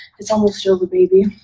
it's almost over, baby,